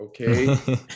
Okay